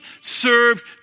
served